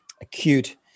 acute